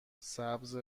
سبز